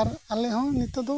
ᱟᱨ ᱟᱞᱮ ᱦᱚᱸ ᱱᱤᱛᱚᱜ ᱫᱚ